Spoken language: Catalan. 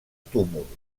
túmul